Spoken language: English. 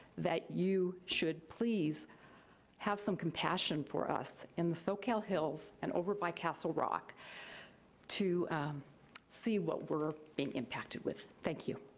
that you should please have some compassion for us in socal hills and over by castle rock to see what we're being impacted with. thank you.